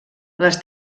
les